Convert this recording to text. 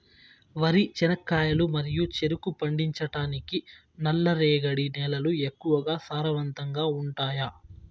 వరి, చెనక్కాయలు మరియు చెరుకు పండించటానికి నల్లరేగడి నేలలు ఎక్కువగా సారవంతంగా ఉంటాయా?